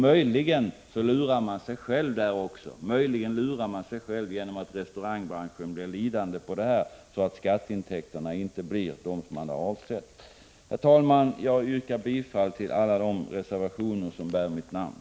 Möjligen lurar socialdemokraterna sig själva genom att restaurangbranschen blir lidande så att skatteintäkterna inte blir de avsedda. Herr talman! Jag yrkar bifall till alla de reservationer som bär mitt namn.